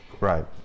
right